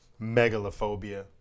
megalophobia